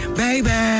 baby